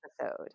episode